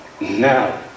now